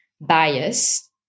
bias